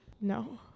no